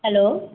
hello